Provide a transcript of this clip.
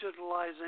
digitalizing